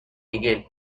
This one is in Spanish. miguel